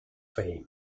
fame